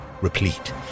replete